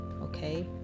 okay